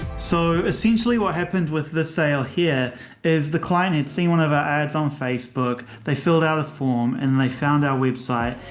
so essentially what happened with the sale here is the client had seen one of our ads on facebook. they filled out a form and they found our website.